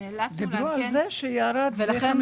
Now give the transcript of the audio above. נאלצנו לעדכן --- דיברו על זה שירד ב-50%.